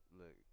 look